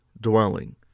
dwelling